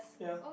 ya